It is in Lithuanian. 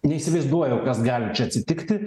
neįsivaizduoju kas gali čia atsitikti